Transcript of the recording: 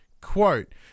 Quote